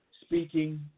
speaking